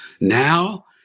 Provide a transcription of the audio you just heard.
now